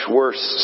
worse